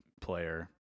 player